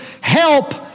help